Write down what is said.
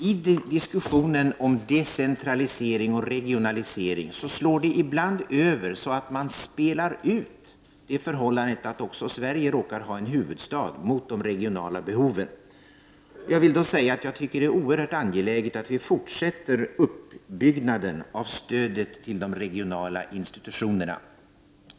I diskussionen om regionalisering och decentralisering slår det ibland över så att man spelar ut det förhållandet att också Sverige råkar ha en huvudstad mot de regionala behoven. Jag tycker att det är oerhört angeläget att vi fortsätter uppbyggnaden av stödet till de regionala institutionerna.